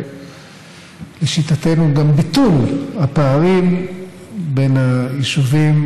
ולשיטתנו גם ביטול הפערים בין היישובים